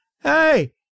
Hey